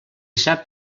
sap